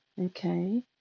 okay